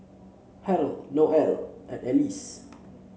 Harrold Noel and Alyse